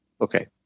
Okay